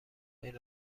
این